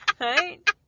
right